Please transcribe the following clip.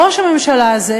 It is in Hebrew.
ראש הממשלה הזה,